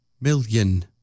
million